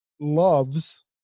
loves